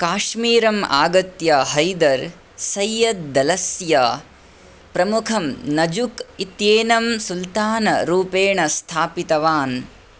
काश्मीरम् आगत्य हैदर् सैय्यद् दलस्य प्रमुखं नजुक् इत्येनं सुल्तानरूपेण स्थापितवान्